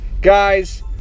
guys